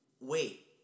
wait